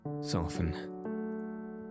soften